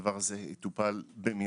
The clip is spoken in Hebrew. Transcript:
הדבר הזה יטופל במידי.